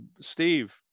Steve